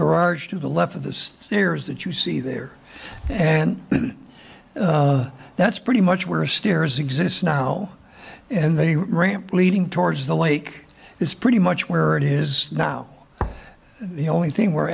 garage to the left of the stairs that you see there and that's pretty much where stairs exists now and they ramp leading towards the lake is pretty much where it is now the only thing we're